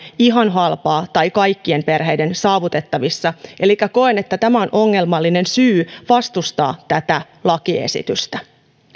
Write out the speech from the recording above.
ihan halpaa tai kaikkien perheiden saavutettavissa elikkä koen että tämä on ongelmallinen syy vastustaa tätä lakiesitystä